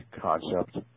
concept